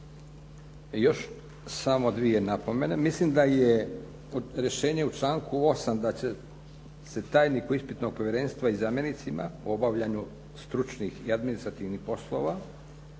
Još samo dvije napomene. Mislim da je rješenje u članku 8. da će se tajniku ispitnog povjerenstva i zamjenicima u obavljanju stručnih i administrativnih poslova